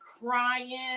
crying